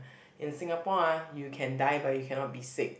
in Singapore ah you can die but you cannot be sick